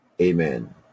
Amen